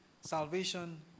salvation